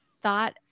thought